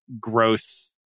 growth